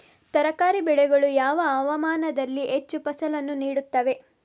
ತರಕಾರಿ ಬೆಳೆಗಳು ಯಾವ ಹವಾಮಾನದಲ್ಲಿ ಹೆಚ್ಚು ಫಸಲನ್ನು ನೀಡುತ್ತವೆ?